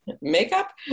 makeup